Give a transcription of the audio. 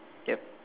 yup